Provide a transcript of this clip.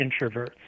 introverts